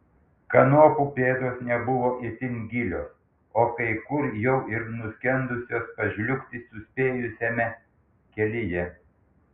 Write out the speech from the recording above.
kanopų pėdos nebuvo itin gilios o kai kur jau ir nuskendusios pažliugti suspėjusiame kelyje